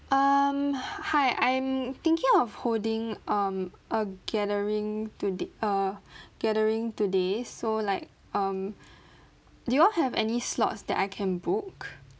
um h~ hi I'm thinking of holding um a gathering today err gathering today so like um do you all have any slots that I can book